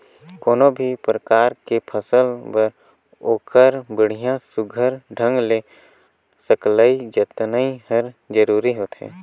कोनो भी परकार के फसल बर ओखर बड़िया सुग्घर ढंग ले सकलई जतनई हर जरूरी होथे